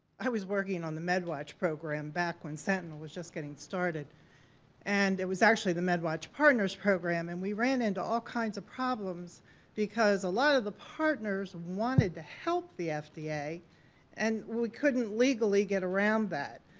i was working on the medwatch program back when sentinel was just getting started and it was actually the medwatch partners program and we ran into all kinds of problems because a lot of the partners wanted to help the fda and we couldn't legally get around that.